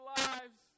lives